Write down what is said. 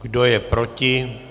Kdo je proti?